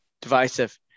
divisive